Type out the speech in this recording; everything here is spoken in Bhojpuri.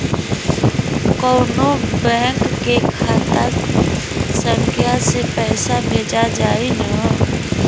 कौन्हू बैंक के खाता संख्या से पैसा भेजा जाई न?